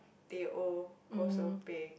Teh O kosong peng